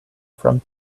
from